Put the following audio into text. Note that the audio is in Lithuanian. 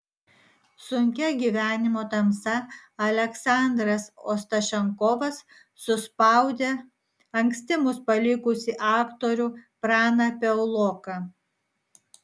sunkia gyvenimo tamsa aleksandras ostašenkovas suspaudė anksti mus palikusį aktorių praną piauloką